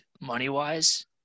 money-wise